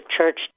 church